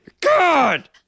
God